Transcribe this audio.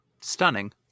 Stunning